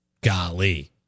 golly